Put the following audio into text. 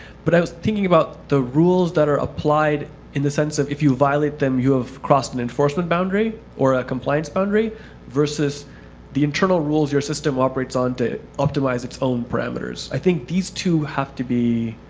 but i was thinking about the rules that are applied in the sense of, if you violate them, you have crossed an enforcement boundary or a compliance boundary versus the internal rules your system operates on to optimize its own parameters. i think these two have to be